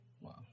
Wow